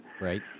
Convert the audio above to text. Right